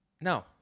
No